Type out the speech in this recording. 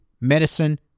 medicine